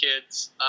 kids